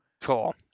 Cool